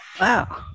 Wow